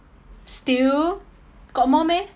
still got more meh